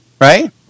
Right